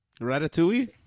ratatouille